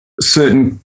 certain